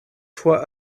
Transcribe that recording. fois